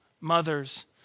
mothers